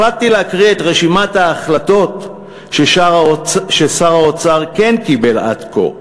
החלטתי להקריא את רשימת ההחלטות ששר האוצר כן קיבל עד כה,